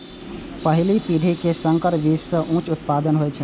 पहिल पीढ़ी के संकर बीज सं उच्च उत्पादन होइ छै